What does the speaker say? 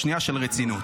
שנייה של רצינות.